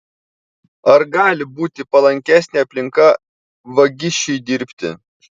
ar gali būti palankesnė aplinka vagišiui dirbti